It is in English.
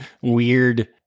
weird